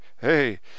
hey